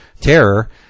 terror